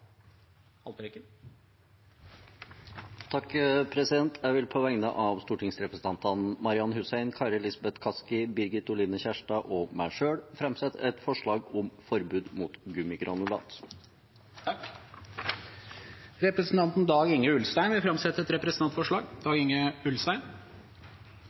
et representantforslag. Jeg vil på vegne av stortingsrepresentantene Marian Hussein, Kari Elisabeth Kaski, Birgit Oline Kjerstad og meg selv framsette et forslag om forbud mot gummigranulat. Representanten Dag-Inge Ulstein vil framsette et representantforslag.